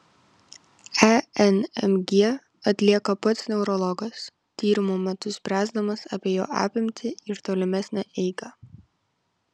enmg atlieka pats neurologas tyrimo metu spręsdamas apie jo apimtį ir tolimesnę eigą